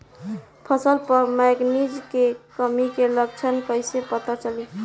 फसल पर मैगनीज के कमी के लक्षण कईसे पता चली?